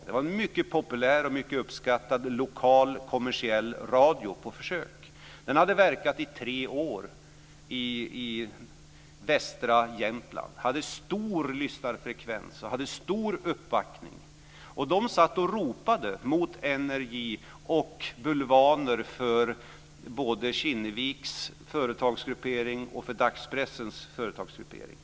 Det var en mycket populär och mycket uppskattad lokal kommersiell radiostation på försök. Den hade verkat i tre år i västra Jämtland. Den hade stor lyssnarfrekvens och stor uppbackning. Från stationen satt man och ropade mot NRJ och bulvaner för både Kinneviks företagsgruppering och för dagspressens företagsgruppering.